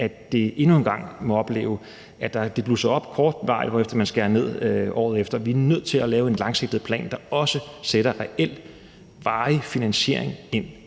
at vi endnu en gang må opleve, at det blusser op kortvarigt, hvorefter man skærer ned året efter. Vi er nødt til at lave en langsigtet plan, der også sætter reel, varig finansiering ind,